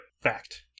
fact